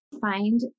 Find